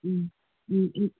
ꯎꯝ ꯎꯝ ꯎꯝ